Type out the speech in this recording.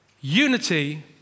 Unity